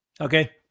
Okay